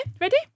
ready